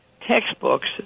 textbooks